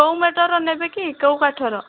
କେଉଁ ମେଟରର ନେବେ କି କେଉଁ କାଠର